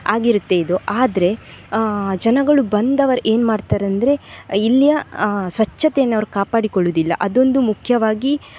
ಆಗಿರುತ್ತೆ ಇದು ಆದರೆ ಜನಗಳು ಬಂದವರು ಏನು ಮಾಡ್ತಾರಂದ್ರೆ ಇಲ್ಲಿಯ ಸ್ವಚ್ಛತೆಯನ್ನು ಅವರು ಕಾಪಾಡಿಕೊಳ್ಳೋದಿಲ್ಲ ಅದೊಂದು ಮುಖ್ಯವಾಗಿ